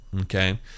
okay